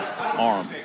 arm